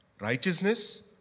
Righteousness